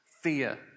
fear